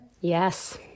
Yes